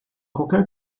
qualquer